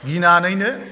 गिनानैनो